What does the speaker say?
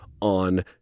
on